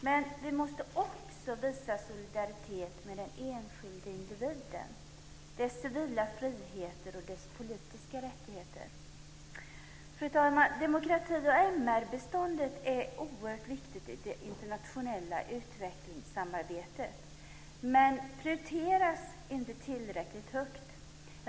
Men vi måste också visa solidaritet med den enskilde individen, dess civila friheter och politiska rättigheter. Fru talman! Demokrati och MR-biståndet är oerhört viktigt i det internationella utvecklingssamarbetet, men prioriteras inte tillräckligt högt.